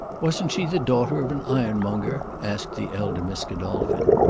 wasn't she the daughter of an ironmonger? asked the elder miss godolphin.